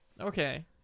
Okay